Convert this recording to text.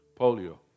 polio